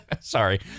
Sorry